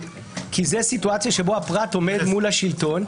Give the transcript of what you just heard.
כי זו סיטואציה שבה הפרט עומד מול השלטון,